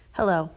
Hello